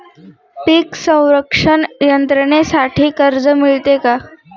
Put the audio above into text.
पीक संरक्षण यंत्रणेसाठी कर्ज मिळते का?